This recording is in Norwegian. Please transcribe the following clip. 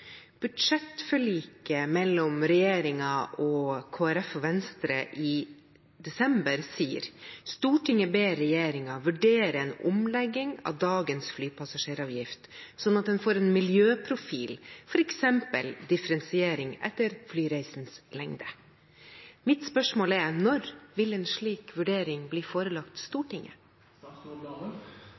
Budsjettforliket sier: «Stortinget ber regjeringen vurdere en omlegging av dagens flypassasjeravgift, slik at den får en miljøprofil, for eksempel differensiering etter flyreisens lengde.» Når vil en slik vurdering bli forelagt Stortinget?»